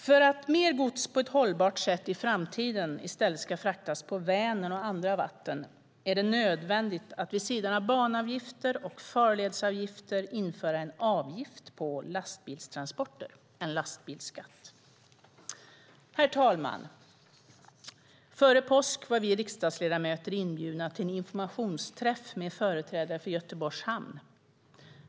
För att mer gods på ett hållbart sätt i framtiden i stället ska fraktas på Vänern och andra vatten är det nödvändigt att vid sidan av banavgifter och farledsavgifter införa en avgift på lastbilstransporter, en lastbilsskatt. Före påsk var vi riksdagsledamöter inbjudna till en informationsträff med företrädare för Göteborgs Hamn.